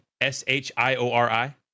S-H-I-O-R-I